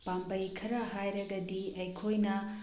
ꯄꯥꯝꯕꯩ ꯈꯔ ꯍꯥꯏꯔꯒꯗꯤ ꯑꯩꯈꯣꯏꯅ